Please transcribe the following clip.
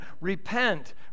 repent